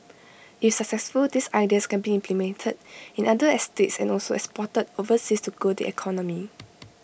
if successful these ideas can be implemented in other estates and also exported overseas to grow the economy